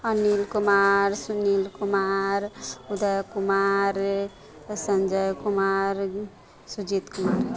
Anil Kumar Sunil Kumar Uday Kumar Sanjay Kumar Sujit Kumar